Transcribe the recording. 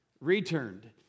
returned